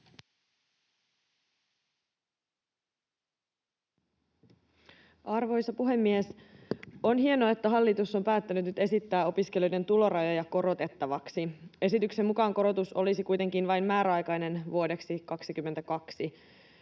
Arvoisa puhemies! On hienoa, että hallitus on päättänyt nyt esittää opiskelijoiden tulorajoja korotettavaksi. Esityksen mukaan korotus olisi kuitenkin vain määräaikainen vuodeksi 22.